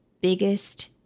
biggest